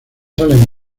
salen